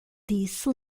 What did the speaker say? disse